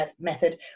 method